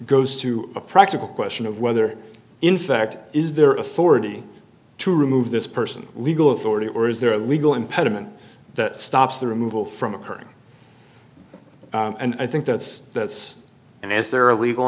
goes to a practical question of whether in fact is there authority to remove this person legal authority or is there a legal impediment that stops the removal from occurring and i think that's that's and as there are legal